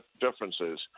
differences